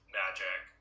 magic